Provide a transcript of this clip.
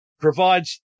provides